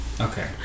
Okay